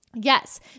Yes